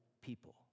people